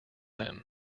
him